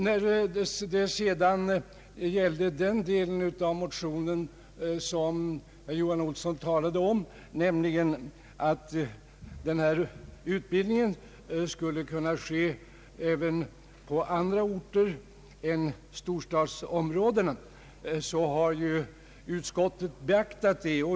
När det gäller den del av motionen som herr Johan Olsson sedan talade om, nämligen att denna utbildning skulle kunna ske även på andra orter än i storstadsområdena, har ju utskottet beaktat detta.